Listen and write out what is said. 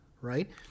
right